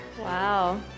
Wow